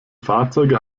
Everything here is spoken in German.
fahrzeuge